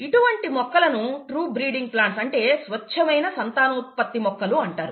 ఇటువంటి మొక్కలను true breeding plants అంటే స్వచ్ఛమైన సంతానోత్పత్తి మొక్కలు అంటారు